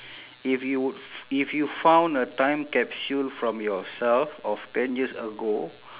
if you would f~ if you found a time capsule from yourself of ten years ago